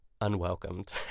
unwelcomed